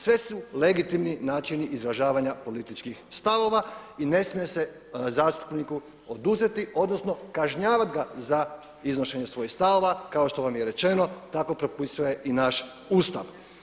Sve su legitimni načini izražavanja političkih stavova i ne smije se zastupniku oduzeti, odnosno kažnjavat ga za iznošenje svojih stavova kao što vam je rečeno tako propisuje i naš Ustav.